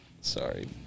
Sorry